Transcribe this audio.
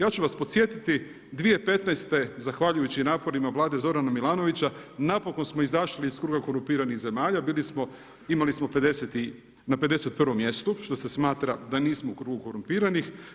Ja ću vas podsjetiti 2015. zahvaljujući naporima Vlade Zorana Milanovića, napokon smo izašli iz kruga korumpiranih zemalja, imali smo, bili smo na 51. mjestu što se smatra da nismo u krugu korumpiranih.